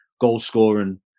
goal-scoring